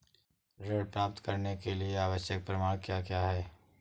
ऋण प्राप्त करने के लिए आवश्यक प्रमाण क्या क्या हैं?